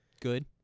Good